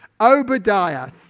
Obadiah